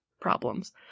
problems